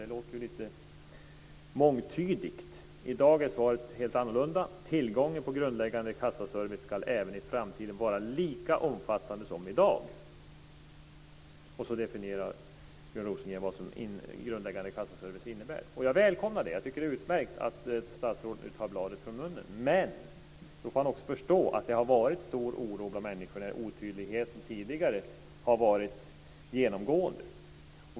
Det låter ju lite mångtydigt. I dag är svaret helt annorlunda: "Tillgången på grundläggande kassaservice ska även i framtiden vara lika omfattande som i dag." Sedan definierar Björn Rosengren vad grundläggande kassaservice innebär. Jag välkomnar det. Jag tycker att det är utmärkt att statsrådet nu tar bladet från munnen. Men han måste också förstå att det har varit stor oro bland människor då otydligheten tidigare har varit genomgående.